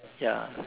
ya